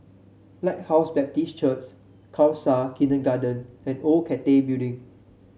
Lighthouse Baptist Church Khalsa Kindergarten and Old Cathay Building